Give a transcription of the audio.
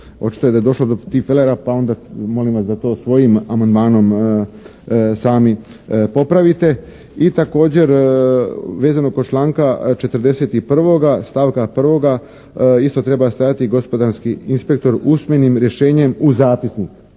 očito da je došlo do tipfelera pa onda molim vas da to svojim amandmanom sami popravite. I također vezano kod članka 41. stavka 1. isto treba stajati gospodarski inspektor usmenim rješenjem u zapisnik,